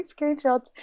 screenshots